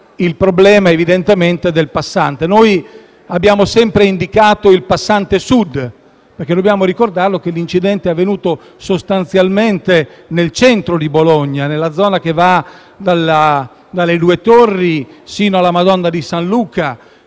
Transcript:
il problema del passante. Noi abbiamo sempre indicato il passante Sud. Dobbiamo ricordare, infatti, che l'incidente è avvenuto, sostanzialmente, nel centro di Bologna, nella zona che va dalle due Torri fino alla Madonna di San Luca.